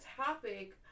topic